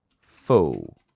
fool